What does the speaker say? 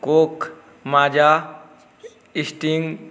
Coke Maaza sting